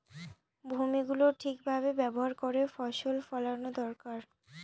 ভূমি গুলো ঠিক ভাবে ব্যবহার করে ফসল ফোলানো দরকার